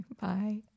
bye